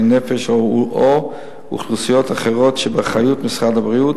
נפש או אוכלוסיות אחרות שבאחריות משרד הבריאות,